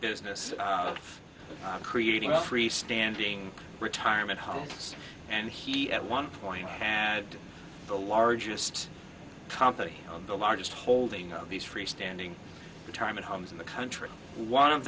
business of creating a freestanding retirement home and he at one point had the largest company on the largest holding of these freestanding retirement homes in the country one of